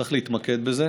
צריך להתמקד בזה.